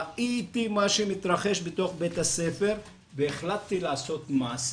ראיתי מה שמתרחש בתוך בית הספר והחלטתי לעשות מעשה.